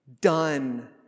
done